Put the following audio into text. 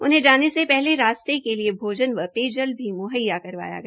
उन्हें जाने से पलहे रास्ते के लिए भोजन व पेयजल भी मुंहैया करवाया गया